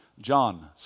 John